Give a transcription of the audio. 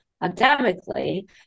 academically